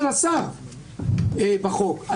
שום חשיבה על השלכות הרוחב שיהיו לחוק מהסוג הזה.